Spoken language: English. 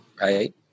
Right